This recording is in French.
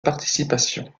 participation